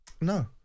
no